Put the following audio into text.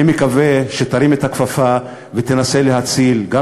אני מקווה שתרים את הכפפה ותנסה להציל גם